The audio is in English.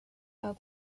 are